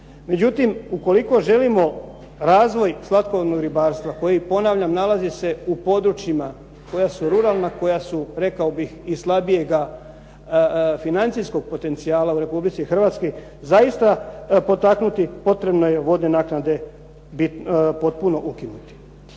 Međutim, ukoliko želimo razvoj slatkovodnog ribarstva koji ponavljam nalazi u područjima koja su ruralna, koja su rekao bih i slabijega financijskog potencijala u Republici Hrvatskoj zaista potaknuti potrebno je vodne naknade potpuno ukinuti.